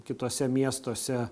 kituose miestuose